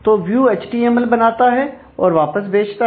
तो view HTML बनाता है और वापस भेजता है